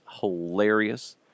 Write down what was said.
hilarious